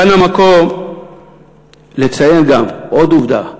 כאן המקום גם לציין עוד עובדה.